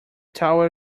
towel